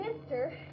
Mister